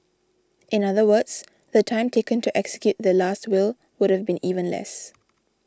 in other words the time taken to execute the Last Will would have been even less